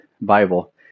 Bible